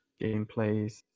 gameplays